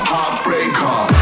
Heartbreaker